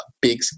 big